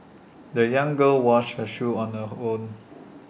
the young girl washed her shoes on her horn